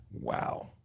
Wow